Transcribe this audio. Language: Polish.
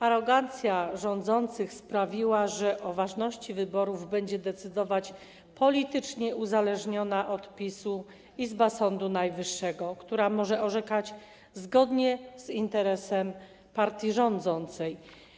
Arogancja rządzących sprawiła, że o ważności wyborów będzie decydować politycznie uzależniona od PiS-u izba Sądu Najwyższego, która może orzekać zgodnie z interesem partii rządzącej.